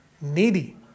needy